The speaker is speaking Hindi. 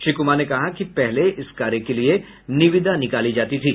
श्री कुमार ने कहा कि पहले इस कार्य के लिए निविदा निकाली जाती थी